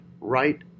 right